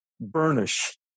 burnish